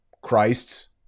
Christ's